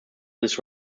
this